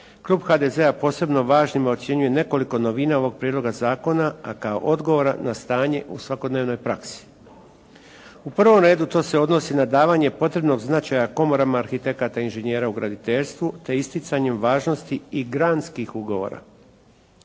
klub HDZ-a posebno važnima ocjenjuje nekoliko novina ovoga prijedloga zakona a kao odgovora na stanje u svakodnevnoj praksi. U prvom redu to se odnosi na davanje potrebnog značaja komorama, arhitekata i inženjera u graditeljstvu te isticanju važnosti i granskih ugovora.